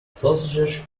sausages